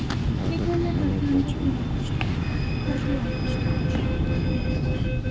भारतक बाद अमेरिका, चीन, पाकिस्तान आ ब्राजीलक स्थान छै